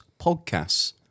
podcasts